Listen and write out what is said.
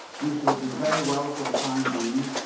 we shall do very well for the time being.